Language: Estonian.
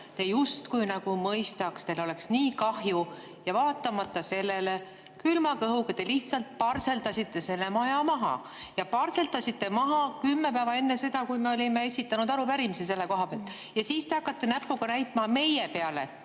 te justkui nagu mõistaks ja teil oleks nii kahju. Aga vaatamata sellele te külma kõhuga lihtsalt parseldasite selle maja maha ja parseldasite maha kümme päeva enne seda, kui me olime esitanud arupärimise selle kohta. Siis te hakkate näpuga meie peale